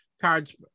cards